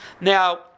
Now